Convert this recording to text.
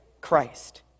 Christ